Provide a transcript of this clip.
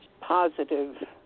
positive